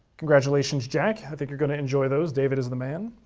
congratulations, jack. i think you're going to enjoy those. david is the man.